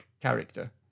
character